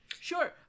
Sure